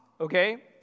Okay